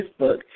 Facebook